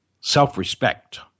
self-respect